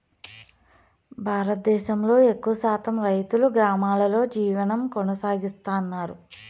భారతదేశంలో ఎక్కువ శాతం రైతులు గ్రామాలలో జీవనం కొనసాగిస్తన్నారు